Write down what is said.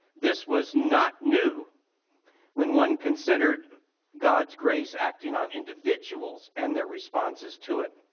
this was not new when one considered god's grace acting on individuals and their responses to it.